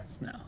No